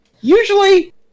usually